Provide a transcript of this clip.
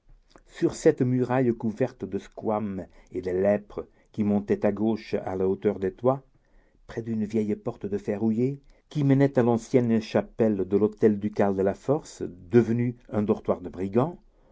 sur cette muraille couverte de squames et de lèpres qui montait à gauche à la hauteur des toits près d'une vieille porte de fer rouillée qui menait à l'ancienne chapelle de l'hôtel ducal de la force devenue un dortoir de brigands